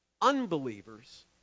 unbelievers